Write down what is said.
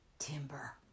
Timber